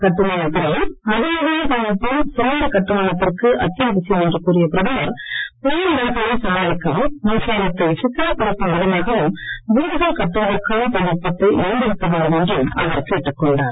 கட்டுமானத்துறையில் அதிநவீன தொழில்நுட்பம் சிறந்த கட்டுமானத்திற்கு அத்தியாவசியம் என்று கூறிய பிரதமர் பேரிடர்களை சமாளிக்கவும் மின்சாரத்தை சிக்கனப்படுத்தும் விதமாகவும் வீடுகள் கட்டுவதற்கான தொழில்நுட்பத்தை மேம்படுத்த வேண்டும் என்றும் அவர் கேட்டுக்கொண்டார்